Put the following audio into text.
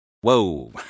Whoa